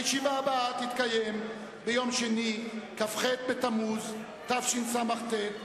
הישיבה הבאה תתקיים ביום שני, כ"ח בתמוז תשס"ט,